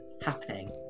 happening